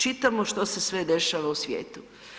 Čitamo što se sve dešava u svijetu.